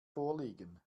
vorliegen